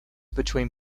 between